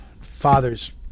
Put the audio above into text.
father's